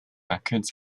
records